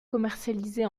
commercialisés